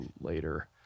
later